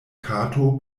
kato